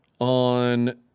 on